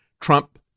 Trump